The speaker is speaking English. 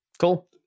Cool